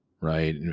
right